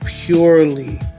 Purely